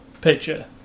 picture